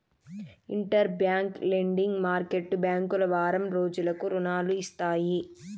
inter bank lending market బ్యాంకులు వారం రోజులకు రుణాలు ఇస్తాయి